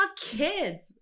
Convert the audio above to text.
kids